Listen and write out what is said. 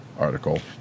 article